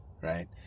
right